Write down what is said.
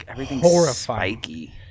horrifying